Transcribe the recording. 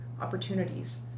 opportunities